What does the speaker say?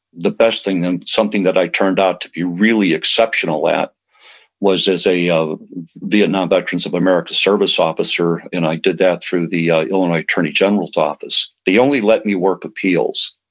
the best thing, and something that i turned out to be really exceptional at was as a vietnam veterans of america service officer and i did that through the illinois attorney general's office. they only let me work appeals.